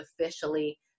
officially